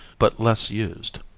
but less used.